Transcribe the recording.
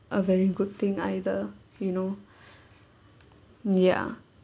a very good thing either you know ya